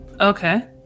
Okay